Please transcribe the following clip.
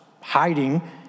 hiding